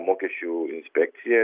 mokesčių inspekciją